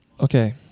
Okay